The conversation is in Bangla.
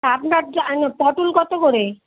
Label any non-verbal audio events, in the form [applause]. আপনার যা [unintelligible] পটল কত করে